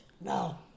No